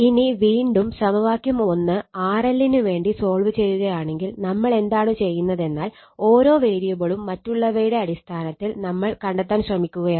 ഇനി വീണ്ടും സമവാക്യം RL നു വേണ്ടി സോൾവ് ചെയ്യുകയാണെങ്കിൽ നമ്മളെന്താണ് ചെയ്യുന്നതെന്നാൽ ഓരോ വേരിയബിളും മറ്റുള്ളവയുടെ അടിസ്ഥാനത്തിൽ നമ്മൾ കണ്ടെത്താൻ ശ്രമിക്കുകയാണ്